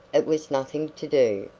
it was nothing to do,